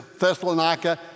Thessalonica